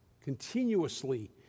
continuously